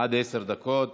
עד עשר דקות.